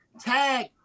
Tag